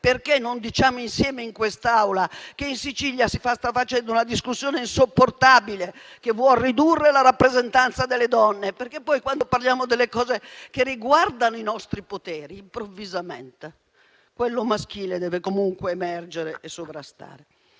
Perché non diciamo insieme in quest'Aula che in Sicilia si sta facendo una discussione insopportabile che vuole ridurre la rappresentanza delle donne? Perché poi, quando parliamo delle cose che riguardano i nostri poteri, improvvisamente quello maschile deve comunque emergere e sovrastare.